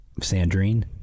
Sandrine